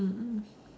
mm mm